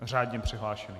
Řádně přihlášený.